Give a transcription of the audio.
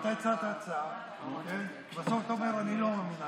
אתה הצעת הצעה ובסוף אתה אומר: אני לא מאמין.